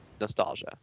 nostalgia